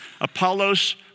Apollos